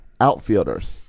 Outfielders